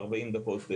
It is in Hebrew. ו-40 דקות בתור,